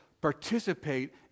participate